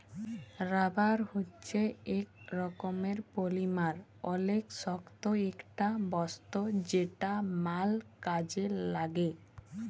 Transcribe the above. rubber হচ্যে ইক রকমের পলিমার অলেক শক্ত ইকটা বস্তু যেটা ম্যাল কাজে লাগ্যে